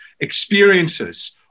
experiences